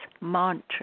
mantra